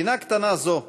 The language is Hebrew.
מדינה קטנה זו,